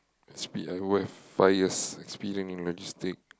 I speed I go back five years I speeding in the district